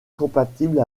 compatible